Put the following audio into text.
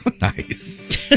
Nice